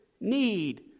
need